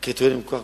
הקריטריונים כל כך